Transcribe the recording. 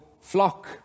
flock